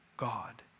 God